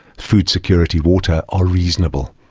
food security, water, are reasonable.